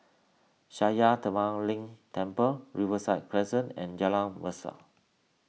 Sakya Tenphel Ling Temple Riverside Crescent and Jalan Mesra